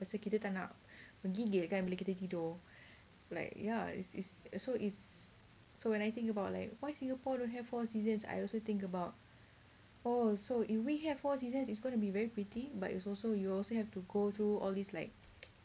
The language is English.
lepas tu kita tak nak menggigil kan bila kita tidur like ya it's it's so it's so when I think about like why singapore don't have four seasons I also think about oh so if we have four seasons it's gonna be very pretty but it's also you also have to go through all these like